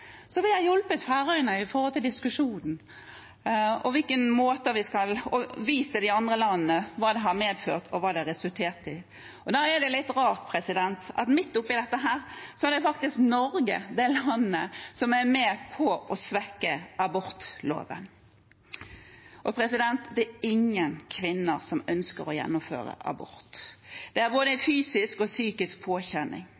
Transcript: så vi har hjulpet Færøyene i diskusjonen og vist til de andre landene, hva det har medført, og hva det har resultert i. Da er det litt rart at midt oppi dette er Norge det landet som er med på å svekke abortloven. Det er ingen kvinner som ønsker å gjennomføre abort. Det er en påkjenning både